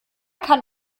kann